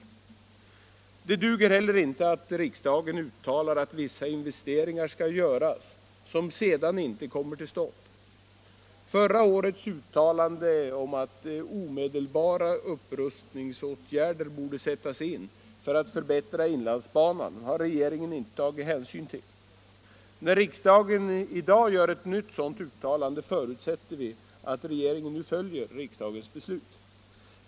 Det duger heller inte att riksdagen uttalar att vissa investeringar skall göras, som sedan inte kommer till stånd. Förra årets uttalande om att omedelbara upprustningsåtgärder borde sättas in för att förbättra inlandsbanan har regeringen inte tagit hänsyn till. När riksdagen i dag gör ett nytt sådant uttalande förutsätter vi att regeringen nu följer riksdagens beslut.